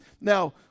now